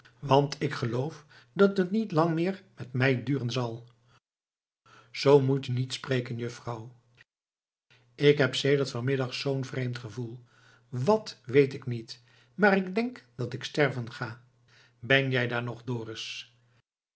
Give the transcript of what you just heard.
want ik geloof dat het niet lang meer met mij duren zal zoo moet je niet spreken juffrouw k heb sedert van middag zoo'n vreemd gevoel wat weet ik niet maar ik denk dat ik sterven ga ben jij daar nog